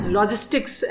Logistics